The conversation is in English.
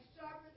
sharper